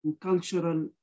cultural